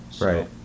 Right